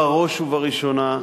בראש ובראשונה,